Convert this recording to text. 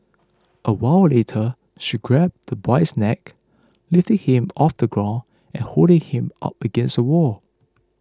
a while later she grabbed the boy's neck lifting him off the ground and holding him up against the wall